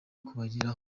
kubageraho